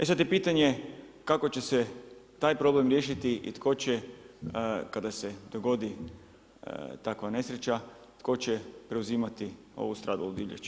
E sad je pitanje kako će se taj problem riješiti i tko će kada se dogodi takva nesreća, tko će preuzimati ovu stradalu divljač.